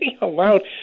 allowed